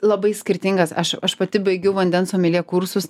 labai skirtingas aš aš pati baigiau vandens someljė kursus